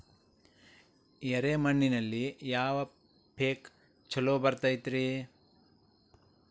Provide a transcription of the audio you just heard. ಎರೆ ಮಣ್ಣಿನಲ್ಲಿ ಯಾವ ಪೇಕ್ ಛಲೋ ಬರತೈತ್ರಿ?